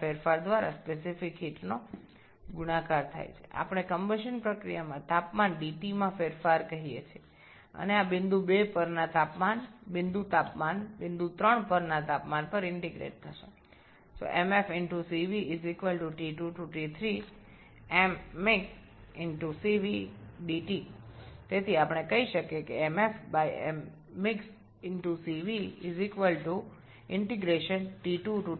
পারি যে আপেক্ষিক তাপ গুণিতক তাপমাত্রার পরিবর্তন যাই হোক আমরা ধরেনি দহন প্রক্রিয়াতে তাপমাত্রার পরিবর্তন dT এবং এটি ২ নং বিন্দুর উষ্ণতা থেকে ৩ নম্বর উষ্ণতা পর্যন্ত ইন্টিগ্রেশন করতে হবে